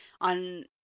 on